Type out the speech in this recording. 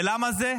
ולמה זה?